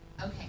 Okay